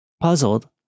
Puzzled